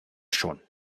schon